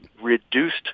reduced